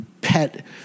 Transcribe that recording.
pet